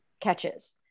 catches